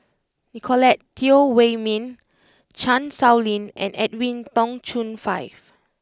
Nicolette Teo Wei min Chan Sow Lin and Edwin Tong Chun Fai